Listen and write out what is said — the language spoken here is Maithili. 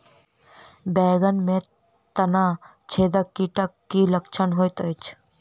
बैंगन मे तना छेदक कीटक की लक्षण होइत अछि?